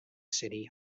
city